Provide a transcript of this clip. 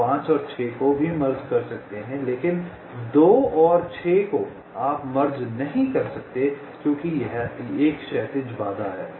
आप 5 और 6 को मर्ज कर सकते हैं लेकिन 2 और 6 को आप मर्ज नहीं कर सकते हैं क्योंकि एक क्षैतिज बाधा है